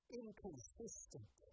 inconsistent